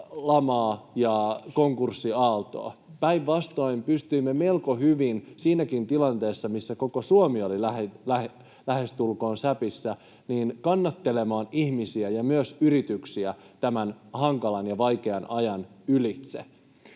lamaa ja konkurssiaaltoa. Päinvastoin, pystyimme melko hyvin siinäkin tilanteessa, missä koko Suomi oli lähestulkoon säpissä, kannattelemaan ihmisiä ja myös yrityksiä tämän hankalan ja vaikean ajan ylitse.